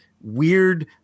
weird